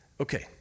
Okay